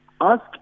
Ask